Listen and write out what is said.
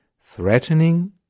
threatening